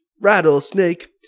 rattlesnake